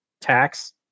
tax